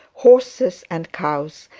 horses, and cows,